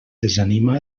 desanima